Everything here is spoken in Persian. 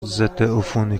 ضدعفونی